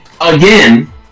again